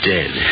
Dead